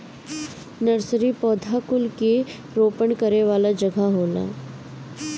nursery पौधा कुल के रोपण करे वाला जगह होला